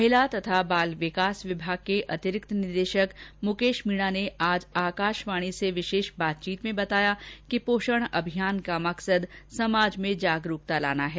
महिला तथा बाल विकास विभाग के अतिरिक्त निदेशक मुकेश मीणा ने आज आकाशवाणी से विशेष बातचीत में बताया कि पोषण अभियान का मकसद समाज में जागरूकता लाना है